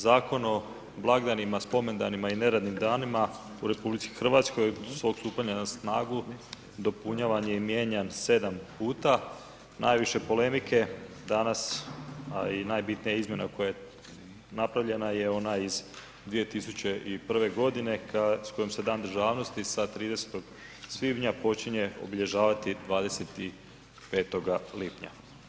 Zakon o blagdanima, spomendanima i neradnim danima u RH do svog stupanja na snagu dopunjavan je i mijenjan 7 puta, najviše polemike danas a i najbitnija izmjena koja je napravljena je ona iz 2001. g. s kojom se Dan državnosti sa 30. svibnja počinje obilježavati 25. lipnja.